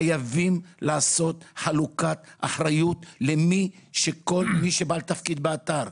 וחייבים לעשות חלוקת אחריות לכל בעל תפקיד באתר,